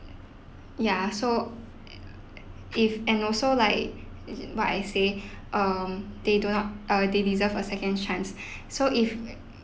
ya so if and also like what I say um they do not uh they deserve a second chance so if